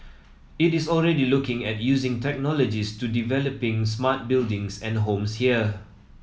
it is already looking at using technologies to developing smart buildings and homes here